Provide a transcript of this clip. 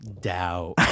Doubt